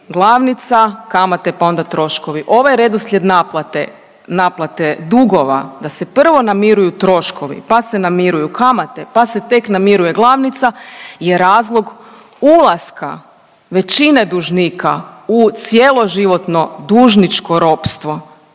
glavnica, kamate pa onda troškovi. Ovaj redoslijed naplate dugova da se prvo namiruju troškovi pa se namiruju kamate pa se tek namiruje glavnica je razlog ulaska većine dužnika u cjeloživotno dužničko ropstvo.